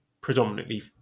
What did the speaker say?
predominantly